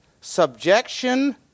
subjection